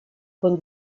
con